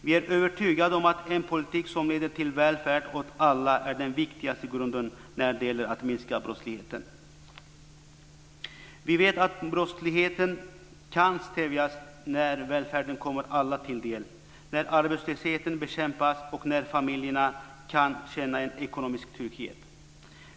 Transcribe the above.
Vi är övertygade om att en politik som leder till välfärd åt alla är den viktigaste grunden när det gäller att minska brottsligheten. Vi vet att brottsligheten kan stävjas när välfärden kommer alla till del, när arbetslösheten bekämpas och när familjerna kan känna en ekonomisk trygghet.